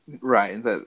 Right